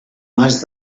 mas